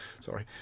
Sorry